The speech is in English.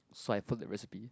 so I put the recipe